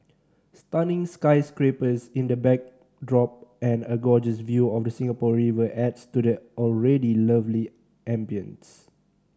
stunning sky scrapers in the backdrop and a gorgeous view of the Singapore River adds to the already lovely ambience